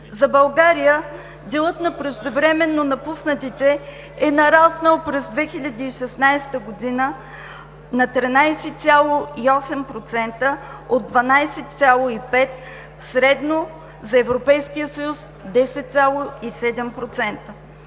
за България делът на преждевременно напусналите е нараснал през 2016 г. от 12,5% на 13,8%, средно за Европейския съюз – 10,7%.